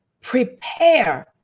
prepare